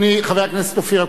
חבר הכנסת אופיר אקוניס,